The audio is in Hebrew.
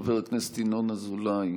חבר הכנסת ינון אזולאי,